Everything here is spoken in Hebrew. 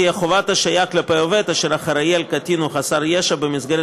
תהיה חובת השעיה כלפי עובד אשר אחראי לקטין או חסר ישע במסגרת